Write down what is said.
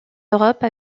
europe